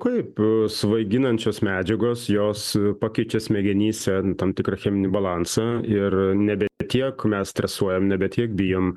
kaip svaiginančios medžiagos jos pakeičia smegenyse tam tikrą cheminį balansą ir nebe tiek mes stresuojam nebe tiek bijom